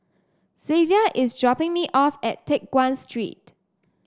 Zavier is dropping me off at Teck Guan Street